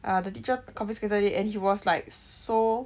uh the teacher confiscated it and he was like so